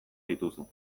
dituzu